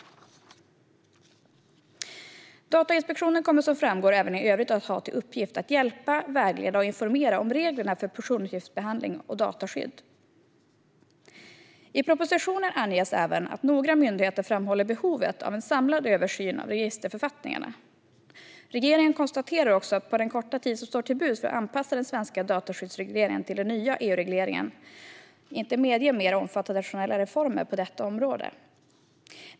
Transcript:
Datainspektionen kommer som framgår även i övrigt att ha till uppgift att hjälpa, vägleda och informera om reglerna för personuppgiftsbehandling och dataskydd. I propositionen anges även att några myndigheter framhåller behovet av en samlad översyn av registerförfattningarna. Regeringen konstaterar att den korta tid som står till buds för att anpassa den svenska dataskyddsregleringen till den nya EU-regleringen inte medger mer omfattande nationella reformer på detta område.